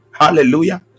Hallelujah